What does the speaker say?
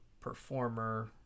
performer